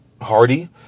Hardy